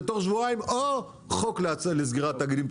זה תוך שבועיים או חוק לסגירת תאגידים.